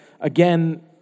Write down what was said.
Again